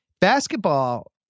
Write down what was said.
Basketball